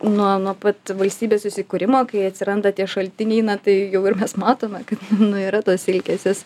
nuo nuo pat valstybės susikūrimo kai atsiranda tie šaltiniai na tai jau ir mes matome kad nu yra tos silkės jas